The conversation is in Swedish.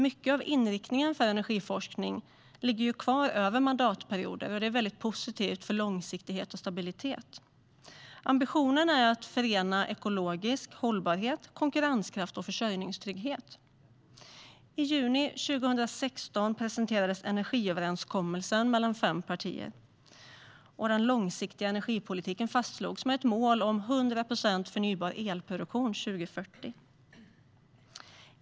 Mycket av inriktningen för energiforskningen ligger kvar över mandatperioder, och det är väldigt positivt för långsiktigheten och stabiliteten. Ambitionen är att förena ekologisk hållbarhet, konkurrenskraft och försörjningstrygghet. I juni 2016 presenterades energiöverenskommelsen mellan fem partier, där den långsiktiga energipolitiken fastslogs, med ett mål om 100 procent förnybar elproduktion 2040.